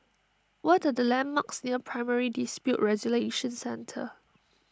what the landmarks near Primary Dispute Resolution Centre